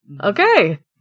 Okay